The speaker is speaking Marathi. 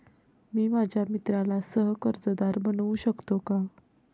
मी माझ्या मित्राला सह कर्जदार बनवू शकतो का?